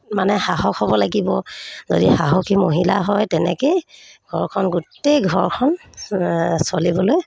মানে সাহস হ'ব লাগিব যদি সাহসী মহিলা হয় তেনেকৈয়ে ঘৰখন গোটেই ঘৰখন চলিবলৈ